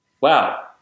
Wow